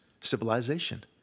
civilization